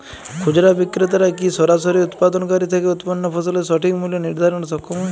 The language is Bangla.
খুচরা বিক্রেতারা কী সরাসরি উৎপাদনকারী থেকে উৎপন্ন ফসলের সঠিক মূল্য নির্ধারণে সক্ষম হয়?